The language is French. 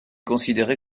considéré